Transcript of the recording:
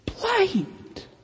Blind